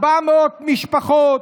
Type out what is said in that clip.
400 משפחות